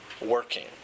working